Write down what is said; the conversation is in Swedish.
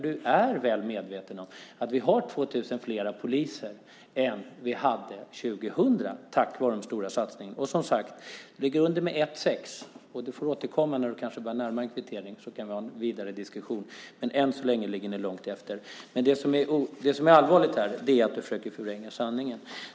Du är väl medveten om att vi har 2 000 fler poliser än vi hade år 2000 tack vare de stora satsningarna. Du ligger under med ett-sex. Du får återkomma när du börjar närma dig kvittering, så kan vi ha en vidare diskussion. Men än så länge ligger ni långt efter. Det som är allvarligt är att du försöker förvränga sanningen.